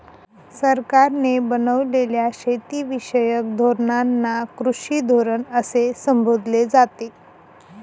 सरकारने बनवलेल्या शेतीविषयक धोरणांना कृषी धोरण असे संबोधले जाते